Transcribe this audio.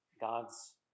God's